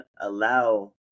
allow